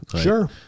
Sure